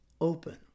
open